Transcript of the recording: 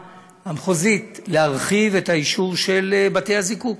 המחוזית להרחיב את האישור של בתי הזיקוק.